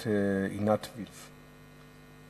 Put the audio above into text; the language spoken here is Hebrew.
אורי אריאל, בבקשה.